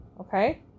Okay